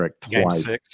twice